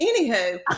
Anywho